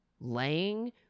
laying